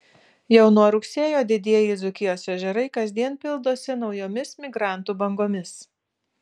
jau nuo rugsėjo didieji dzūkijos ežerai kasdien pildosi naujomis migrantų bangomis